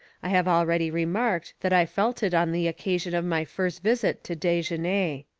i have already remarked that i felt it on the occasion of my first visit to desgenais.